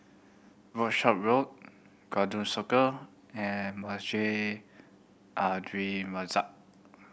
Workshop Road Circle and Masjid Al Mazak